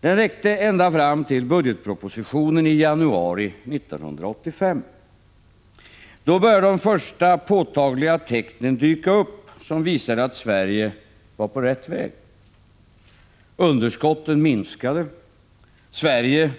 Den räckte ända fram till budgetpropositionen i januari 1985. Då började de första påtagliga tecknen dyka upp som visade att Sverige var på rätt väg. Underskotten minskade, Sverige